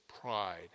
pride